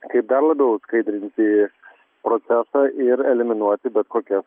kaip dar labiau skaidrinti procesą ir eliminuoti bet kokias